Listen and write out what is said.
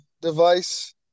device